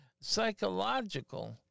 Psychological